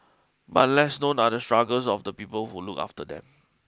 but less known are the struggles of the people who look after them